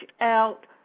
out